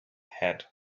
had